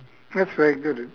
that's very good of